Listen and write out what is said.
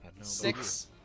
Six